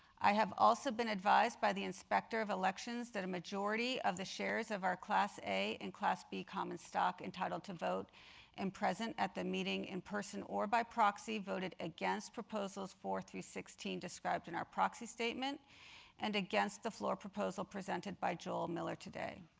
i have also been advised by the inspector of elections that a majority of the shares of our class a and class b common stock entitled to vote and present at the meeting in person or by proxy voted against proposals four through sixteen described in our proxy statement and against the floor proposal presented by joel miller today.